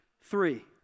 Three